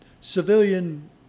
civilian